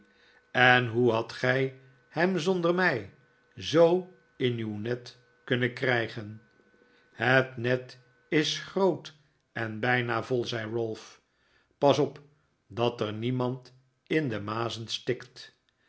en hoe hadt gij hem zonder mij zoo in uw net kunnen krijgen het net is groot en bijna vol zei ralph pas op dat er niemand in de mazen stikt